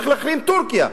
צריך להחרים את טורקיה.